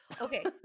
Okay